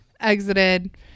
exited